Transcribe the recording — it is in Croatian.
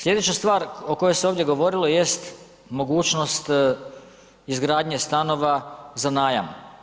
Sljedeća stvar o kojoj se ovdje govorilo jest mogućnost izgradnje stanova za najam.